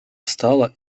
встала